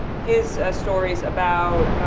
his stories about,